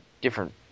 different –